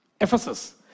Ephesus